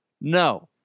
no